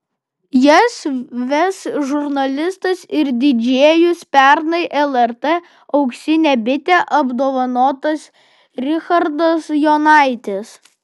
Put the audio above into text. jas ves žurnalistas ir didžėjus pernai lrt auksine bite apdovanotas richardas jonaitis